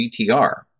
GTR